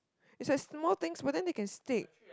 is like small things but then they can stick